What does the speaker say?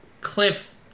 Cliff